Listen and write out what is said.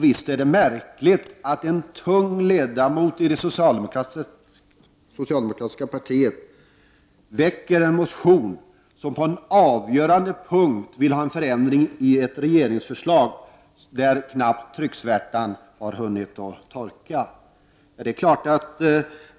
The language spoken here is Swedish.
Visst är det märkligt att en tung ledamot i det socialdemokratiska partiet väcker en motion som på en avgörande punkt vill ha en förändring i ett regeringsförslag där trycksvärtan knappt hunnit torka.